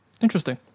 Interesting